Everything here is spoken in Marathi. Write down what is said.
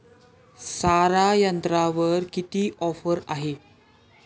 सारा यंत्रावर किती ऑफर आहे?